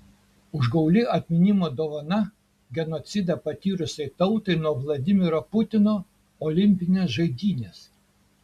užgauli atminimo dovana genocidą patyrusiai tautai nuo vladimiro putino olimpinės žaidynės